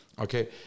Okay